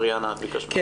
את רוצה לומר משהו?